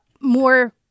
more